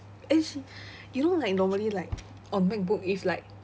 and she you know like normally like on macbook if like